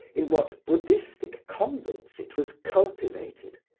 in what buddhistic convents it was cultivated,